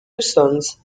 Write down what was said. sons